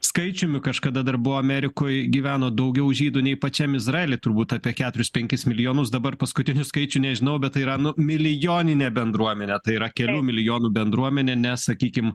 skaičiumi kažkada dar buvo amerikoj gyveno daugiau žydų nei pačiam izraely turbūt apie keturis penkis milijonus dabar paskutinių skaičių nežinau bet tai yra nu milijoninė bendruomenė tai yra kelių milijonų bendruomenė ne sakykim